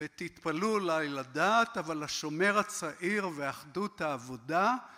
ותתפלאו אולי לדעת אבל לשומר הצעיר ואחדות העבודה